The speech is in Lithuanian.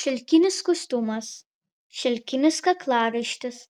šilkinis kostiumas šilkinis kaklaraištis